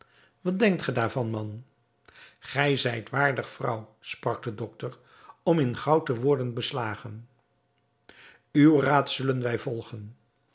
wat denkt gij daarvan man gij zijt waardig vrouw sprak de doctor om in goud te worden beslagen uw raad zullen wij volgen